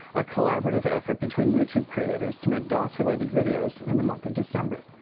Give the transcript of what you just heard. a collaborative effort between youtube creators to make dos-related videos in the month of december.